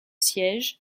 siège